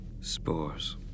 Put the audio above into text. Spores